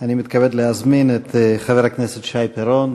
אני מתכבד להזמין את חבר הכנסת שי פירון.